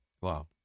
Wow